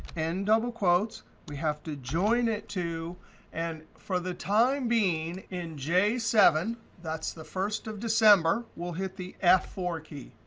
end double quotes. we have to join it to and, for the time being in j seven, that's the first of december, we'll hit the f four key.